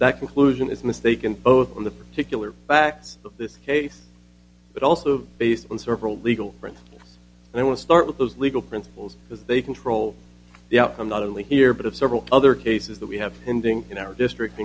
that conclusion is mistaken both in the particular facts of this case but also based on several legal print and i will start with those legal principles because they control the outcome not only here but of several other cases that we have ending in our district